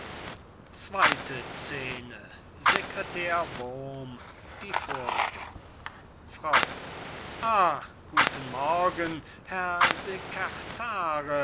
zweite scene secretär wurm die vorigen frau ah guten morgen herr